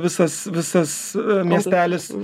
visas visas miestelis